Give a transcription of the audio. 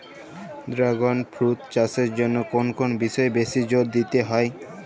Dragon fruit চাষের জন্য কোন কোন বিষয়ে বেশি জোর দিতে হয়?